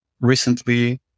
recently